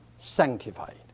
sanctified